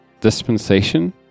Dispensation